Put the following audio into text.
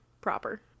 proper